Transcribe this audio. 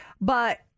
But-